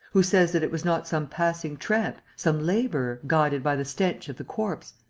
who says that it was not some passing tramp, some labourer, guided by the stench of the corpse?